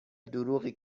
دروغی